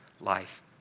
life